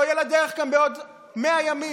לא תהיה לה דרך גם בעוד 100 ימים.